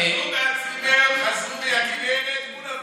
חזרו מהצימר, חזרו מהכינרת, כולם פה.